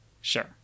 sure